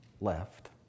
left